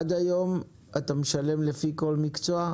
עד היום אתה משלם אגרה לפי כל מקצוע?